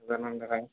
అదేనంటార